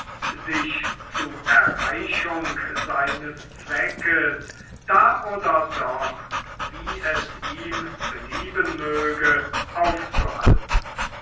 sich zu erreichung seines zweckes da oder dort wie es ihm belieben möge aufzuhalten